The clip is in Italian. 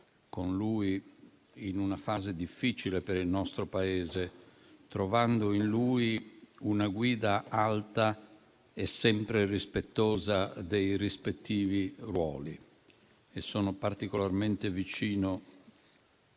con lui in una fase difficile per il nostro Paese, trovando nella sua persona una guida alta e sempre rispettosa dei rispettivi ruoli. Sono particolarmente vicino